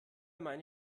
meine